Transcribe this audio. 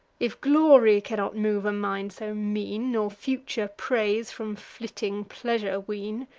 if glory cannot move a mind so mean, nor future praise from flitting pleasure wean,